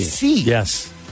Yes